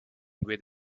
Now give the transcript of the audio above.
with